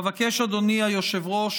אדוני היושב-ראש,